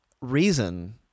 reason